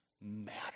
matter